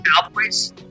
Cowboys